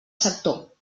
sector